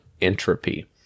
entropy